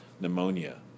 pneumonia